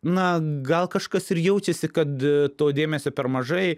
na gal kažkas ir jaučiasi kad to dėmesio per mažai